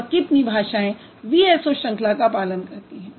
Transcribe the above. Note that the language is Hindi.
और कितनी भाषाएँ VSO श्रंखला का पालन करती हैं